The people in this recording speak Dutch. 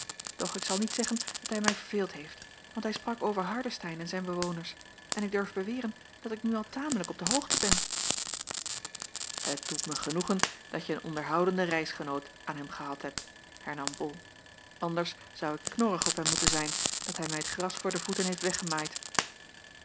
doch ik zal niet zeggen dat hij mij verveeld heeft want hij sprak over hardestein en zijn bewoners en ik durf beweren dat ik nu al tamelijk op de hoogte ben het doet mij genoegen dat je een onderhoudenden reisgenoot aan hem gehad hebt hernam bol anders zou ik knorrig op hem moeten zijn dat hij mij t gras voor de voeten heeft weggemaaid